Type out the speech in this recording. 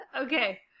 Okay